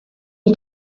you